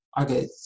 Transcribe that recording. Okay